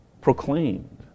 proclaimed